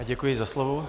Děkuji za slovo.